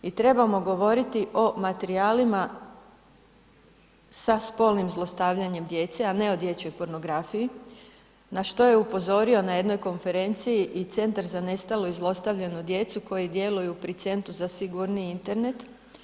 I trebamo govoriti o materijalima sa spolnim zlostavljanjem djece a ne o dječjoj pornografiji na što je upozorio na jednoj konferenciji i Centar za nestalu i zlostavljanu djecu koji djeluju pri Centru za sigurniji Internet.